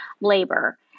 labor